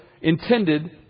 intended